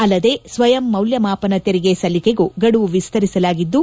ಅಲ್ಲದೇ ಸ್ವಯಂ ಮೌಲ್ಲಮಾಪನ ತೆರಿಗೆ ಸಲ್ಲಿಕೆಗೂ ಗಡುವು ವಿಸ್ತರಿಸಲಾಗಿದ್ದು